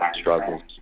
struggles